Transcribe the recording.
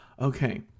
Okay